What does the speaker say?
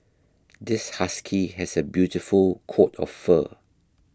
this husky has a beautiful coat of fur